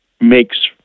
makes